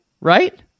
Right